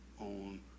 on